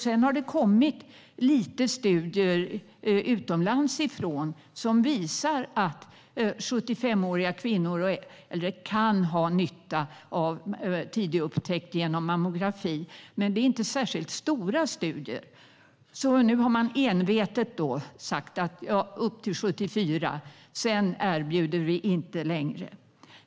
Det har kommit några studier utomlands ifrån som visar att 75-åriga kvinnor och äldre kan ha nytta av tidig upptäckt genom mammografi. Det är dock inga stora studier. Därför har man envetet sagt att man erbjuder mammografi upp till och med 74 men inte därefter.